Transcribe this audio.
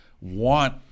want